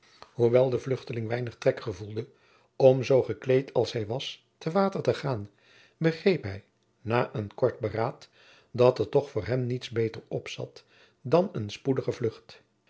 hoewel de vluchteling weinig trek gevoelde om zoo gekleed als hij was te water te gaan begreep hij na een kort beraad dat er toch voor hem niets beter opzat dan een spoedige vlucht